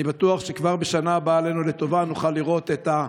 אני בטוח שכבר בשנה הבאה עלינו לטובה נוכל לראות את,